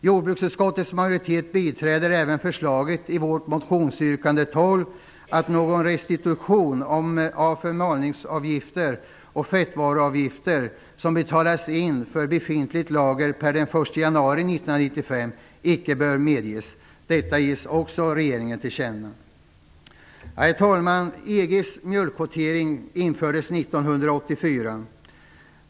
Jordbruksutskottets majoritet biträder även förslaget i vårt motionsyrkande 12 att någon restitution av förmalningsavgifter och fettvaruavgifter som betalats in för befintligt lager per den 1 januari 1995 icke bör medges. Detta ges också regeringen till känna. Herr talman! EG:s mjölkkvotering infördes 1984.